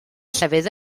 llefydd